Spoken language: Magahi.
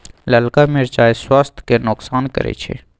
ललका मिरचाइ स्वास्थ्य के नोकसान करै छइ